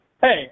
hey